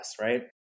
right